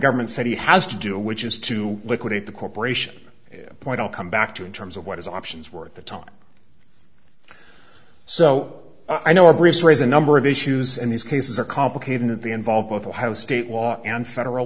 government said he has to do which is to liquidate the corporation point i'll come back to in terms of what his options were at the time so i know a greaser is a number of issues and these cases are complicated and they involve both the house state law and federal